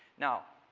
now